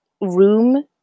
room